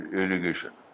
irrigation